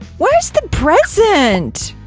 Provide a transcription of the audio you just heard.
where's the present?